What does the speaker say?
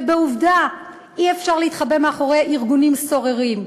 ועובדה, אי-אפשר להתחבא מאחורי ארגונים סוררים.